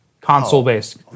console-based